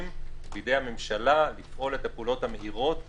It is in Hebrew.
בידי הממשלה לפעול את הפעולות המהירות הנדרשות,